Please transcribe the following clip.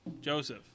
joseph